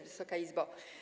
Wysoka Izbo!